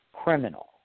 criminal